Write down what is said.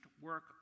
work